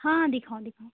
हाँ हाँ दिखाओ दिखाओ